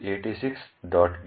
get pc thunk